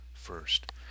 First